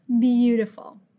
beautiful